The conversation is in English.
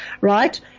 right